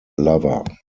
lover